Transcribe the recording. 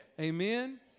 Amen